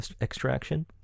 extraction